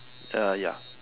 ah ya